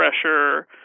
pressure